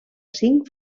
cinc